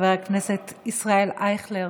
חבר הכנסת ישראל אייכלר,